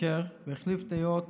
שיקר והחליף דעות